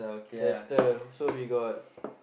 settle so we got